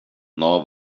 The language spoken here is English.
nor